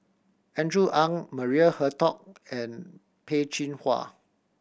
Andrew Ang Maria Hertogh and Peh Chin Hua